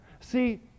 See